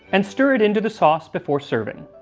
and stir it into the sauce before serving.